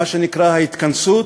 מה שנקרא ההתכנסות,